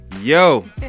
Yo